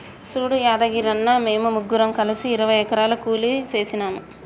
సూడు యాదగిరన్న, మేము ముగ్గురం కలిసి ఇరవై ఎకరాలు కూలికి సేసినాము